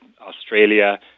Australia